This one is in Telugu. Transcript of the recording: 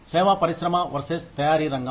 సేవ పరిశ్రమ వర్సెస్ తయారీ రంగం